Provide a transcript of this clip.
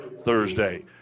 Thursday